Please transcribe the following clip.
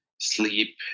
sleep